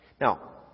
Now